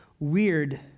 Weird